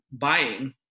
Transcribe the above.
buying